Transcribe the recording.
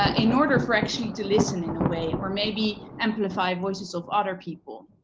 ah in order for actually to listen in a way? or maybe, amplify voices of other people?